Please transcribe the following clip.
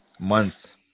Months